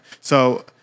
So-